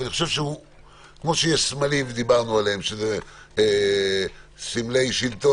ואני חושב שכמו שיש סמלים שדיברנו עליהם שהם סמלי שלטון,